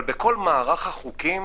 אבל בכל מערך החוקים